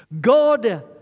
God